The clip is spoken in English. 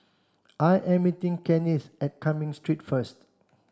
I am meeting Kennith at Cumming Street first